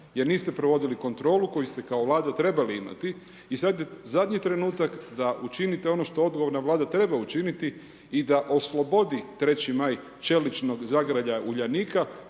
jer niste provodili kontrolu koju ste kao vlada trebali imati. I sada je zadnji trenutak da učinite ono što odgovarana vlada treba učiniti i da oslobode 3.Maj čeličnog zagrljaja Uljanika